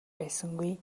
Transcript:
байсангүй